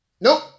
Nope